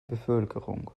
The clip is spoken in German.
bevölkerung